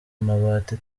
amabati